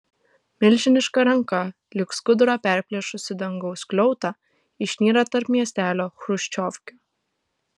milžiniška ranka lyg skudurą perplėšusi dangaus skliautą išnyra tarp miestelio chruščiovkių